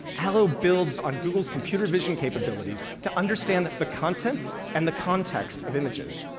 allo builds on google's computer vision capabilities to understand that the content and the context of images.